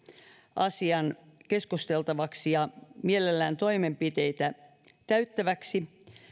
sen keskusteltavaksi ja mielellään toimenpiteitä täytettäväksi